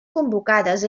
convocades